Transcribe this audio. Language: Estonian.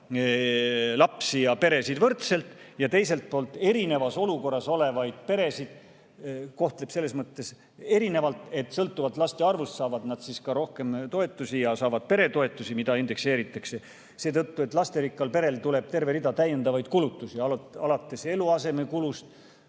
kohtleb lapsi ja peresid võrdselt ja teiselt poolt, erinevas olukorras olevaid peresid kohtleb selles mõttes erinevalt, et sõltuvalt laste arvust saavad nad ka rohkem toetusi ja saavad peretoetusi, mida indekseeritakse. Seetõttu, et lasterikkal perel tuleb terve rida täiendavaid kulutusi, alates eluasemekulust,